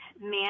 man